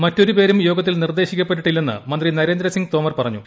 മറ്റൊരുപേരും യോഗത്തിൽ നിർദ്ദേശിക്കപ്പെട്ടിട്ടില്ലെന്ന് മന്ത്രി നരേന്ദ്രസിംഗ്തോമർ പറഞ്ഞു